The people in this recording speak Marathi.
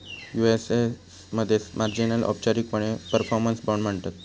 यु.ए.एस मध्ये मार्जिनाक औपचारिकपणे परफॉर्मन्स बाँड म्हणतत